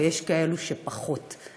ויש כאלה שפחות.